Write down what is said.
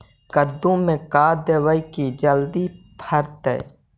कददु मे का देबै की जल्दी फरतै?